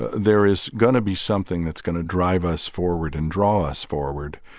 there is going to be something that's going to drive us forward and draw us forward.